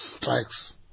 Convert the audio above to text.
strikes